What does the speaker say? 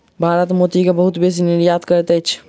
भारत मोती के बहुत बेसी निर्यात करैत अछि